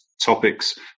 topics